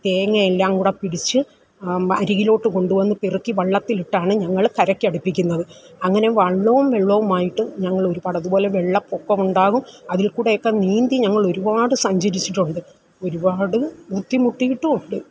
തേങ്ങയെല്ലാം കൂടെ പിടിച്ച് അരികിലോട്ട് കൊണ്ടുവന്ന് പെറുക്കി വള്ളത്തിലിട്ടാണ് ഞങ്ങൾ കരയ്ക്ക് അടുപ്പിക്കുന്നത് അങ്ങനെ വള്ളവും വെള്ളവുമായിട്ട് ഞങ്ങളൊരുപാട് അത് പോലെ വെള്ള പൊക്കമുണ്ടാകും അതിൽ കൂടെയൊക്കെ നീന്തി ഞങ്ങളൊരുപാട് സഞ്ചരിച്ചിട്ടുണ്ട് ഒരുപാട് ബുദ്ധിമുട്ടിയിട്ടുണ്ട്